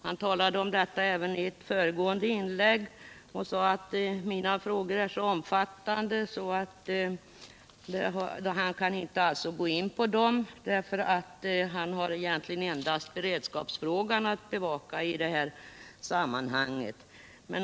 Han talade om detta även i ett föregående inlägg och sade att mina frågor är så omfattande att han inte kan gå in på dem, därför att han egentligen endast har beredskapsfrågan att bevaka i detta sammanhang.